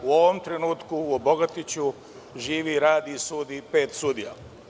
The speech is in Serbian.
U ovom trenutku u Bogatiću živi i radi i sudi pet sudija.